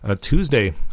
Tuesday